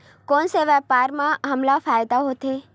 कोन से व्यापार म हमला फ़ायदा होथे?